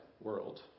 world